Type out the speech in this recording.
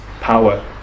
power